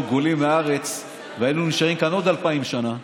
גולים מהארץ והיינו נשארים כאן עוד אלפיים שנה.